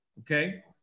Okay